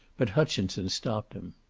but hutchinson stopped him.